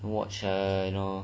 watch uh you know